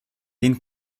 den